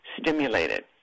stimulated